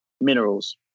minerals